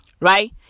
Right